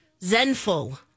zenful